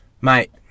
mate